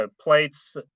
plates